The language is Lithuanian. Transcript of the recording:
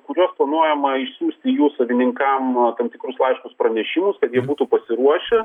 kuriuos planuojama išsiųsti jų savininkam tam tikrus laiškus pranešimus kad jie būtų pasiruošę